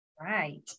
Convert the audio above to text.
Right